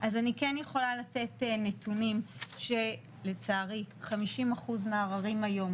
אז אני כן יכולה לתת נתונים שלצערי 50 אחזו מהעררים היום